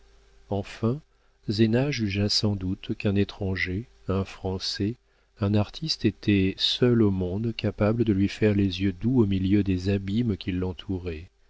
enfin zéna jugea sans doute qu'un étranger un français un artiste était seul au monde capable de lui faire les yeux doux au milieu des abîmes qui l'entouraient